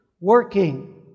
working